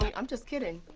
like i'm just kidding.